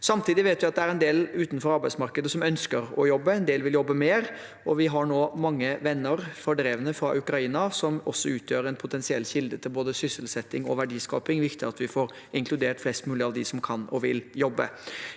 Samtidig vet vi at det er en del utenfor arbeidsmarkedet som ønsker å jobbe, og en del vil jobbe mer. Vi har nå mange venner, fordrevne fra Ukraina, som også utgjør en potensiell kilde til både sysselsetting og verdiskaping, og det er viktig at vi får inkludert flest mulig av dem som kan og vil jobbe.